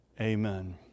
Amen